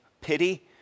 pity